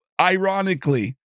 ironically